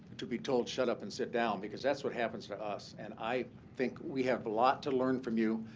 to be told shut up and sit down, because that's what happens to us. and i think we have a lot to learn from you,